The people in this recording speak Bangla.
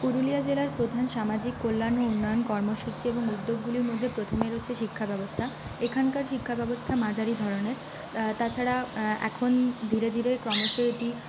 পুরুলিয়া জেলার প্রধান সামাজিক কল্যাণ ও উন্নয়ন কর্মসূচি এবং উদ্যোগগুলির মধ্যে প্রথমে রয়েছে শিক্ষাব্যবস্থা এখানকার শিক্ষাব্যবস্থা মাঝারি ধরনের তাছাড়া এখন ধীরে ধীরে ক্রমশ এটি